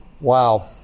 Wow